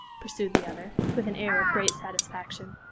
pursued the other, with an air of great satisfaction,